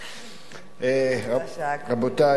רבותי,